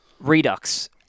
redux